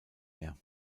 mehr